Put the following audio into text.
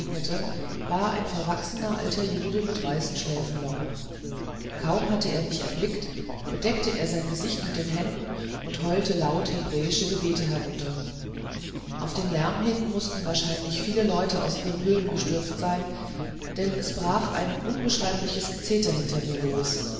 war ein verwachsener alter jude mit weißen schläfenlocken kaum hatte er mich erblickt bedeckte er sein gesicht mit den händen und heulte laut hebräische gebete herunter auf den lärm hin mußten wahrscheinlich viele leute aus ihren höhlen gestürzt sein denn es brach ein unbeschreibliches gezeter hinter mir los